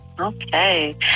Okay